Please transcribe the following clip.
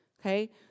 Okay